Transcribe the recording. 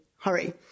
hurry